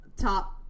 Top